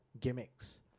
gimmicks